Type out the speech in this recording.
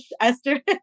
esther